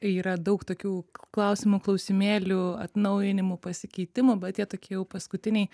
yra daug tokių klausimų klausimėlių atnaujinimų pasikeitimų bet jie tokie jau paskutiniai